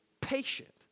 patient